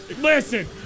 Listen